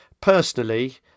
Personally